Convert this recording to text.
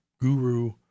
guru